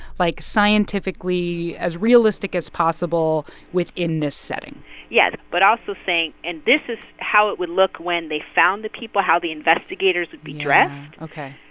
like, scientifically as realistic as possible within this setting yes, but also saying and this is how it would look when they found the people, how the investigators would be dressed. yeah. ok.